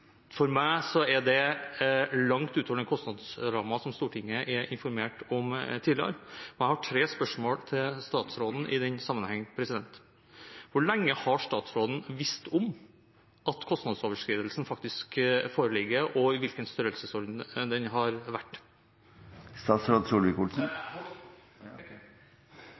For meg er det langt utover den kostnadsrammen som Stortinget er informert om tidligere. Jeg har tre spørsmål til statsråden i den sammenheng. Hvor lenge har statsråden visst om at kostnadsoverskridelsen faktisk foreligger, og i hvilken størrelsesorden den har